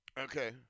Okay